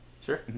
Sure